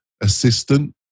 assistant